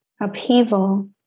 upheaval